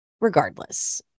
Regardless